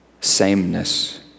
sameness